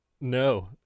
No